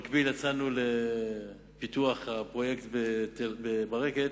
במקביל יצאנו לפיתוח הפרויקט בברקת,